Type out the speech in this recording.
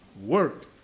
Work